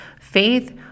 faith